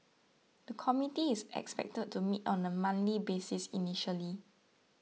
the committee is expected to meet on a monthly basis initially